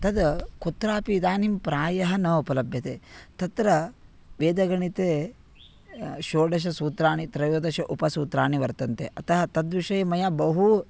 तद् कुत्रापि इदानीं प्रायः न उपलभ्यते तत्र वेदगणिते षोडशसूत्राणि त्रयोदश उपसूत्राणि वर्तन्ते अतः तद्विषये मया बहु